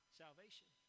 salvation